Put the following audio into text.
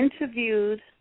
interviewed